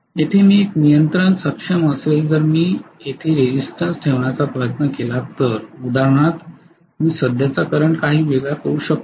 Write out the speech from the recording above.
येथे मी एक नियंत्रण सक्षम असेल जर मी येथे रिज़िस्टन्स ठेवण्याचा प्रयत्न केला तर उदाहरणार्थ मी सध्याचा करंट काही वेगळा करू शकतो